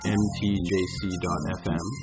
mtjc.fm